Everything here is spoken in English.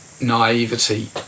naivety